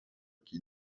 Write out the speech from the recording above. qui